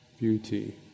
beauty